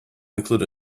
include